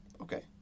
Okay